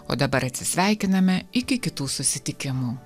o dabar atsisveikiname iki kitų susitikimų